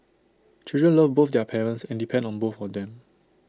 children love both their parents and depend on both of them